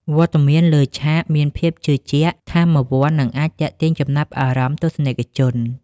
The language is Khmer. វត្តមានលើឆាក មានភាពជឿជាក់ ថាមវន្ត និងអាចទាក់ទាញចំណាប់អារម្មណ៍ទស្សនិកជន។